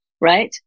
right